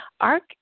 arc